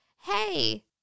hey